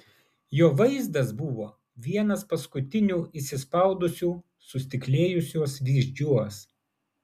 jo vaizdas buvo vienas paskutinių įsispaudusių sustiklėjusiuos vyzdžiuos